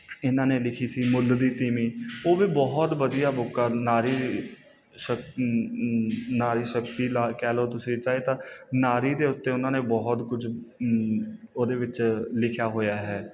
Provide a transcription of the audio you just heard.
ਇਹਨਾਂ ਨੇ ਲਿਖੀ ਸੀ ਮੁੱਲ ਦੀ ਤੀਵੀਂ ਉਹ ਵੀ ਬਹੁਤ ਵਧੀਆ ਬੁੱਕ ਆ ਨਾਰੀ ਸ਼ ਨਾਰੀ ਸ਼ਕਤੀ ਲਾ ਕਹਿ ਲਓ ਤੁਸੀਂ ਚਾਹੇ ਤਾਂ ਨਾਰੀ ਦੇ ਉੱਤੇ ਉਹਨਾਂ ਨੇ ਬਹੁਤ ਕੁਝ ਉਹਦੇ ਵਿੱਚ ਲਿਖਿਆ ਹੋਇਆ ਹੈ